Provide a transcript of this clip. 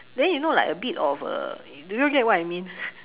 then you know like a bit of uh do you get what I mean